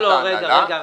לא, רגע,